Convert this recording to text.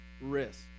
risk